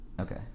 Okay